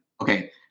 okay